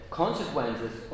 consequences